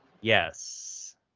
Yes